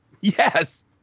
Yes